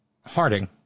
Harding